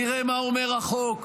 נראה מה אומר החוק,